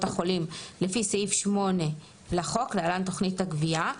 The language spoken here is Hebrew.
החולים לפי סעיף 8 לחוק (להלן תכנית הגבייה),